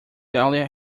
dahlia